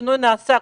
שהשינוי נעשה.